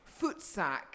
footsack